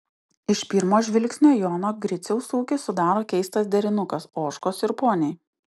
iš pirmo žvilgsnio jono griciaus ūkį sudaro keistas derinukas ožkos ir poniai